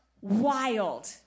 wild